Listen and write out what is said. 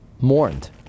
mourned